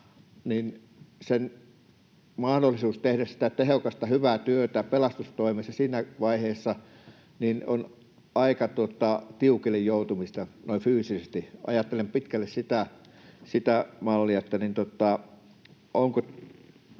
mahdollisuus tehdä tehokasta, hyvää työtä pelastustoimessa siinä vaiheessa on aika tiukille joutumista noin fyysisesti. Ajattelen pitkälle sitä mallia, eli onko